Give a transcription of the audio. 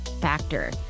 factor